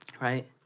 Right